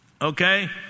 Okay